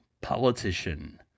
politician